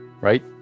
right